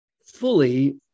fully